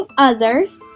others